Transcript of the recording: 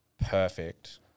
perfect